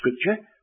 Scripture